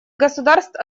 государств